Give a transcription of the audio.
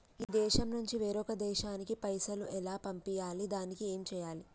ఈ దేశం నుంచి వేరొక దేశానికి పైసలు ఎలా పంపియ్యాలి? దానికి ఏం చేయాలి?